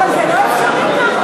אבל זה לא אפשרי ככה.